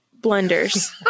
blenders